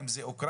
אם זה אוקראינה,